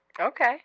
Okay